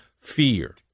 fear